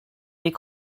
des